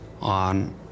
on